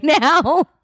now